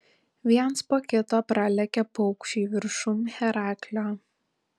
viens po kito pralėkė paukščiai viršum heraklio